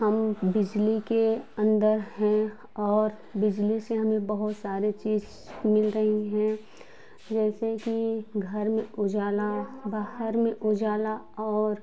हम बिजली के अंदर हैं और बिजली से हमें बहुत सारे चीज़ मिल रही हैं जैसे कि घर में उजाला बाहर में उजाला और